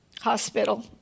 Hospital